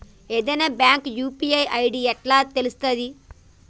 ఏదైనా bank UPI ID ఎట్లా తెలుత్తది?